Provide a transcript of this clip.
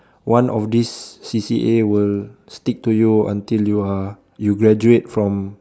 one of these C_C_A will stick to you until you are you graduate from